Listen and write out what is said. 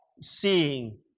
Seeing